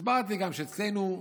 הסברתי גם שאצלנו,